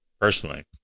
personally